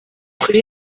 kuri